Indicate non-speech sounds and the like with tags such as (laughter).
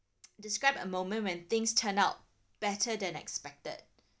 describe a moment when things turn out better than expected (laughs)